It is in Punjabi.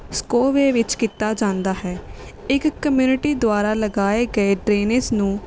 ਸਕੋਬੇ ਵਿੱਚ ਕੀਤਾ ਜਾਂਦਾ ਹੈ ਇੱਕ ਕਮਿਊਨਟੀ ਦੁਆਰਾ ਲਗਾਏ ਗਏ ਡਰੇਨੇਜ ਨੂੰ